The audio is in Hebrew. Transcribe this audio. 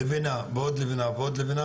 לבנה ועוד לבנה ועוד לבנה,